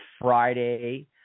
friday